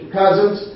cousins